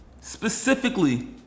specifically